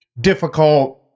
difficult